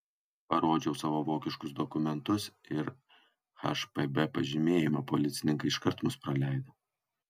parodžiau savo vokiškus dokumentus ir hpb pažymėjimą policininkai iškart mus praleido